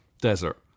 Desert